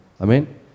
Amen